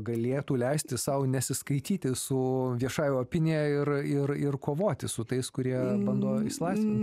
galėtų leisti sau nesiskaityti su viešąja opinija ir ir ir kovoti su tais kurie bando islaisvint